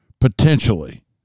Potentially